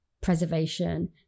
preservation